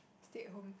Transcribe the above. stay at home